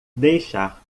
deixar